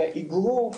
איגרוף,